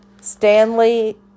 Stanley